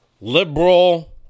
liberal